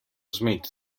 smith